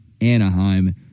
Anaheim